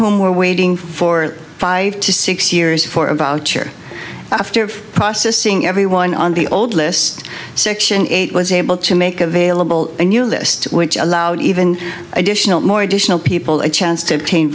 whom were waiting for five to six years for about a year after processing everyone on the old list section eight was able to make available a new list which allowed even additional more additional people a chance to